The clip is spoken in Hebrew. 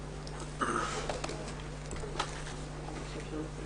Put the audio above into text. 10:10.